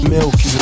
Milk